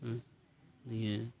ᱱᱤᱭᱟᱹ